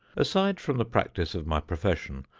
aside from the practice of my profession,